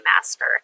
Master